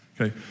Okay